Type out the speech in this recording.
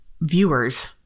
viewers